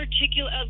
particular